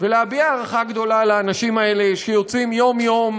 ולהביע הערכה גדולה לאנשים האלה שיוצאים יום-יום,